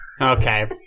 Okay